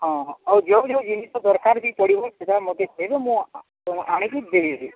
ହଁ ହଁ ଆଉ ଯେଉଁ ଯେଉଁ ଜିନିଷ ଦରକାର ବି ପଡ଼ିବ ସେଇଟା ମୋତେ ଦେବେ ମୁଁ ଆଣିକି ଦେଇ ଦେବି